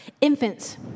Infants